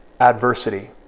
adversity